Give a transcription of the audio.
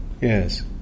Yes